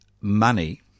money